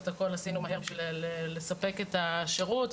ואני מאוד מקווה שהזום הזה